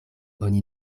oni